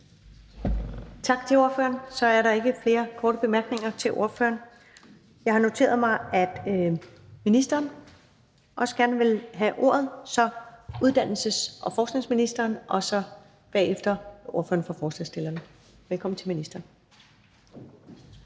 Tak til ordføreren. Så er der ikke flere korte bemærkninger til ordføreren. Jeg har noteret mig, at ministeren også gerne vil have ordet, så det er nu uddannelses- og forskningsministeren, og bagefter er det ordføreren for forslagsstillerne. Velkommen til ministeren.